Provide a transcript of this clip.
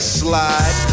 slide